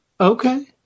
Okay